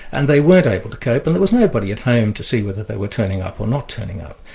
and they weren't able to cope, and there was nobody at home to see whether they were turning up or not turning up.